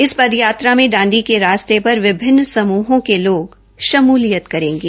इस पदयात्रा में डांडी के रास्ते पर विभिन्न समूहों के लोग शमूलियत करेंगे